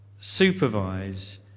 supervise